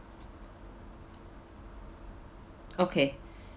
okay